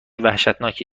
وحشتناکی